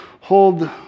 hold